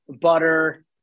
butter